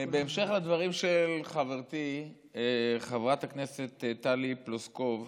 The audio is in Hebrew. בהמשך לדברים של חברתי חברת הכנסת טלי פלוסקוב,